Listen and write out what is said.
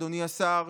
אדוני השר,